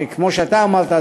שכמו שאתה אמרת,